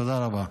תודה רבה.